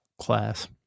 class